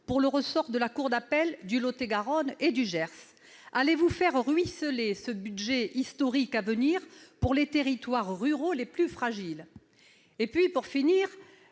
pour le ressort de la cour d'appel du Lot-et-Garonne et du Gers. Le Gouvernement va-t-il faire ruisseler ce budget historique à venir vers les territoires ruraux les plus fragiles ? Pour finir,